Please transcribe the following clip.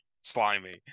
slimy